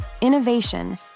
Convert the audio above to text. innovation